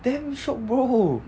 damn shiok bro